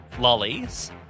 lollies